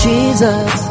Jesus